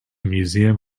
museum